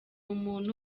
umuntu